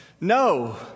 no